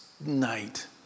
night